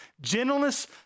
gentleness